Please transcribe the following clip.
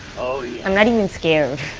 i'm not even scared.